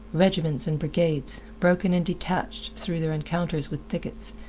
regiments and brigades, broken and detached through their encounters with thickets,